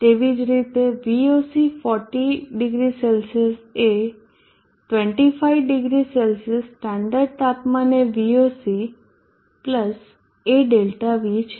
તેવી જ રીતે VOC 400 C એ 250C સ્ટાન્ડર્ડ તાપમાને VOC a Δv છે